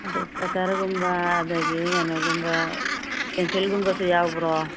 ꯑꯗꯣ ꯀꯠꯇ꯭ꯔꯒꯨꯝꯕ ꯑꯗꯨꯗꯒꯤ ꯀꯩꯅꯣꯒꯨꯝꯕ ꯄꯦꯟꯁꯤꯜꯒꯨꯝꯕꯁꯨ ꯌꯥꯎꯕ꯭ꯔꯣ